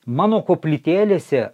mano koplytėlėse